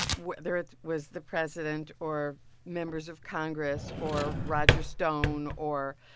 whether it was the president or members of congress or roger stone or,